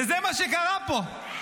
וזה מה שקרה פה.